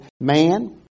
man